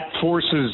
forces